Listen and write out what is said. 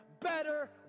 better